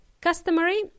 Customary